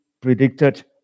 predicted